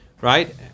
right